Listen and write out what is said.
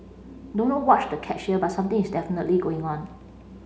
don't know what's the catch here but something is definitely going on